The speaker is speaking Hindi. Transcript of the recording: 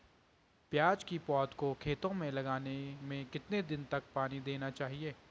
प्याज़ की पौध को खेतों में लगाने में कितने दिन तक पानी देना चाहिए?